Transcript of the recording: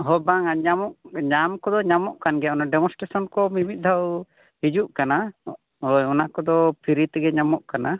ᱦᱮᱸ ᱵᱟᱝᱟ ᱧᱟᱢᱚᱜ ᱧᱟᱢ ᱠᱚᱫᱚ ᱧᱟᱢᱚᱜ ᱠᱟᱱ ᱜᱮᱭᱟ ᱚᱱᱟ ᱰᱮᱢᱳᱥᱴᱮᱥᱚᱱ ᱠᱚ ᱢᱤᱼᱢᱤᱫ ᱫᱷᱟᱣ ᱦᱤᱡᱩᱜ ᱠᱟᱱᱟ ᱚᱱᱟ ᱠᱚᱫᱚ ᱯᱷᱤᱨᱤ ᱛᱮᱜᱮ ᱧᱟᱢᱚᱜ ᱠᱟᱱᱟ